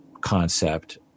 concept